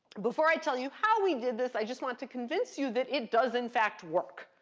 before i tell you how we did this, i just want to convince you that it does, in fact, work.